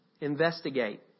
Investigate